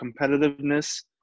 competitiveness